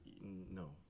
No